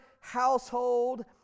household